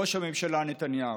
ראש הממשלה נתניהו.